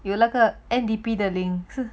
有那个 N_D_P the links